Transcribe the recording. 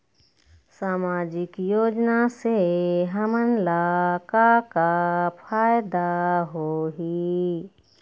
सामाजिक योजना से हमन ला का का फायदा होही?